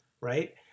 right